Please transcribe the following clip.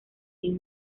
dean